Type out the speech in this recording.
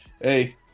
hey